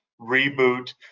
reboot